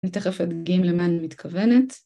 אני תכף אדגים למה אני מתכוונת.